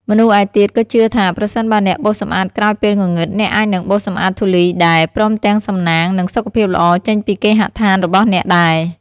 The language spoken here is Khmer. មនុស្សឯទៀតក៏ជឿថា ប្រសិនបើអ្នកបោសសម្អាតក្រោយពេលងងឹត អ្នកអាចនឹងបោសសម្អាតធូលីដែរ ព្រមទាំងសំណាង និងសុខភាពល្អចេញពីគេហដ្ឋានរបស់អ្នកដែរ។